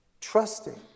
trusting